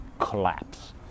Collapse